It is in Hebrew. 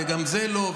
וגם זה לא,